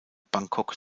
bangkok